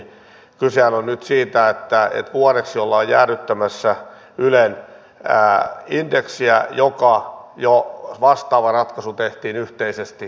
kysehän on nyt siitä että vuodeksi ollaan jäädyttämässä ylen indeksiä ja vastaava ratkaisu tehtiin yhteisesti aikaisemminkin